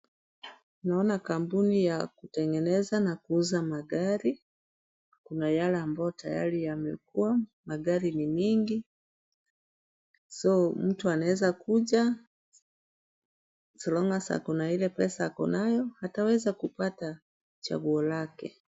Naona kampuni ya kutengeneza na kuuza magari, kuna yale ambayo tayari yamekuwa. Magari ni mingi so mtu anaeza kuja so long as akona ile pesa akonayo, ataweza kupata chaguo lake.